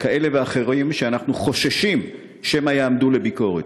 כאלה ואחרים שאנחנו חוששים שמא יעמדו לביקורת.